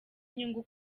inyungu